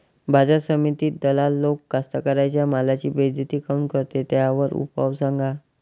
बाजार समितीत दलाल लोक कास्ताकाराच्या मालाची बेइज्जती काऊन करते? त्याच्यावर उपाव सांगा